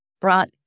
brought